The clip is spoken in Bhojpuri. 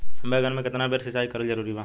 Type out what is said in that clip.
बैगन में केतना बेर सिचाई करल जरूरी बा?